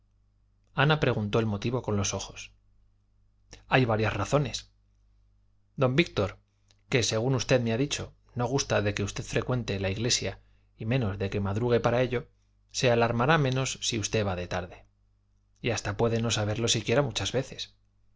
ana preguntó el motivo con los ojos hay varias razones don víctor que según usted me ha dicho no gusta de que usted frecuente la iglesia y menos de que madrugue para ello se alarmará menos si usted va de tarde y hasta puede no saberlo siquiera muchas veces